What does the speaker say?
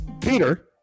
Peter